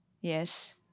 Yes